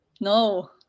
No